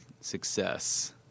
success